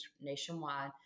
nationwide